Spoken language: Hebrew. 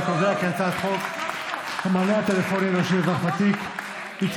אני קובע כי הצעת חוק המענה הטלפוני האנושי לאזרח ותיק התקבלה,